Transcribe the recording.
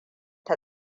ta